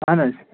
اَہَن حظ